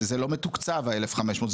זה לא מתוקצב ה-1,500,